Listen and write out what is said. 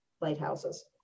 lighthouses